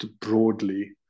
broadly